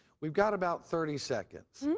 we've got about thirty seconds.